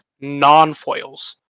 non-foils